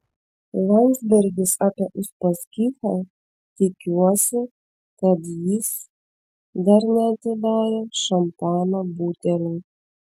landsbergis apie uspaskichą tikiuosi kad jis dar neatidarė šampano butelio